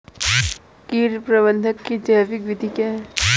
कीट प्रबंधक की जैविक विधि क्या है?